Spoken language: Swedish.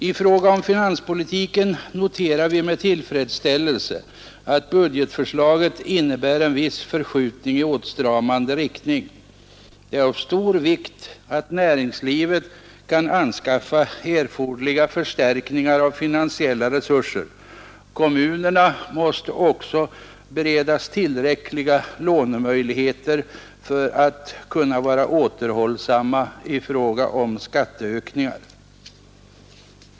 I fråga om finanspolitiken noterar vi med tillfredsställelse att budgetförslaget innebär en viss förskjutning i åtstramande riktning. Det är av stor vikt att näringslivet kan anskaffa erforderliga förstärkningar av finansiella resurser. Kommunerna måste också beredas tillräckliga lånemöjligheter för att kunna vara återhållsamma i fråga om skatteökningar.